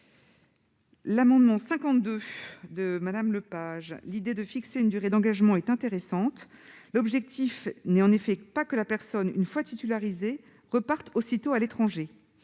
l'amendement n° 52 rectifié, l'idée de fixer une durée d'engagement est intéressante. En effet, l'objectif n'est pas que la personne, une fois titularisée, reparte aussitôt à l'étranger.